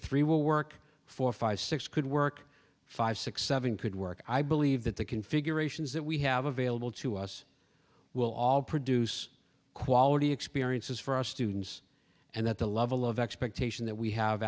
three will work four five six could work five six seven could work i believe that the configurations that we have available to us will all produce quality experiences for our students and that the level of expectation that we have